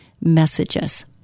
messages